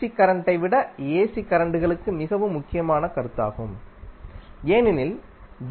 C கரண்டை விட AC கரண்ட்களுக்கு மிகவும் முக்கியமான கருத்தாகும் ஏனெனில் டி